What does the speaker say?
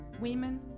women